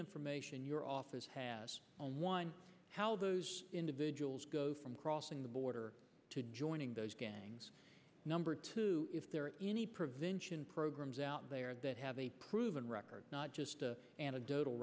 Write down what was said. information your office has on one how those individuals go from crossing the border to joining those gangs number two if there are any prevention programs out there that have a proven record not just a anecdotal